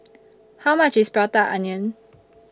How much IS Prata Onion